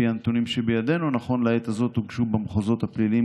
לפי הנתונים שבידינו נכון לעת הזאת הוגשו במחוזות הפליליים